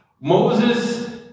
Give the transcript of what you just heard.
Moses